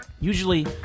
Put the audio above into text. Usually